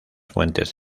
fuentes